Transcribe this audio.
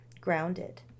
grounded